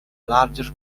larger